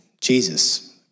Jesus